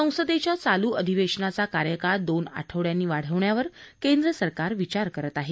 संसदेच्या चालू अधिवेशनाचा कार्यकाळ दोन आठवड्यांनी वाढवण्यावर केंद्र सरकार विचार करत आहे